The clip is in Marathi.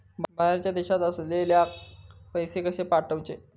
बाहेरच्या देशात असलेल्याक पैसे कसे पाठवचे?